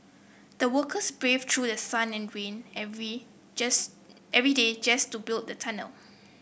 the workers braved through the sun and rain every every day just to build the tunnel